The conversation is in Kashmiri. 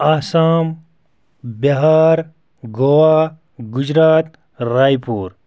آسام بِہار گوا گُجرات راے پوٗر